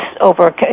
over